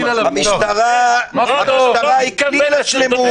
--- המשטרה היא כליל השלמות,